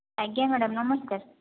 ଆଜ୍ଞା ମ୍ୟାଡ଼ାମ ନମସ୍କାର